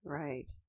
right